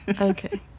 Okay